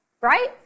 right